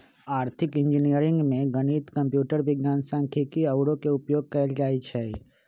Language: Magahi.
आर्थिक इंजीनियरिंग में गणित, कंप्यूटर विज्ञान, सांख्यिकी आउरो के उपयोग कएल जाइ छै